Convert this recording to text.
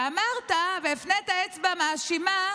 אמרת והפנית אצבע מאשימה